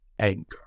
Anger